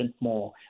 more